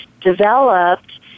developed